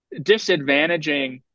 disadvantaging